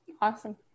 Awesome